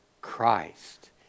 Christ